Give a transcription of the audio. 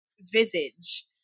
visage